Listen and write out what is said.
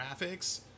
graphics